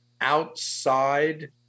outside